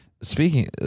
speaking